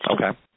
Okay